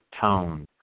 tone